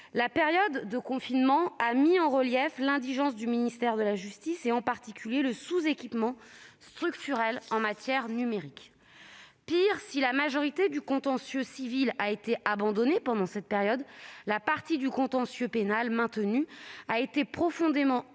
la période de confinement a mis en relief l'indigence du ministère de la justice, en particulier son sous-équipement structurel en matière numérique. Pis encore, la majorité du contentieux civil a été abandonnée pendant cette période et le contentieux pénal qui a été maintenu